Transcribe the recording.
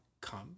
come